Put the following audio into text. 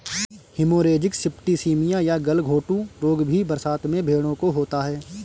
haemorrhagic septicaemia या गलघोंटू रोग भी बरसात में भेंड़ों को होता है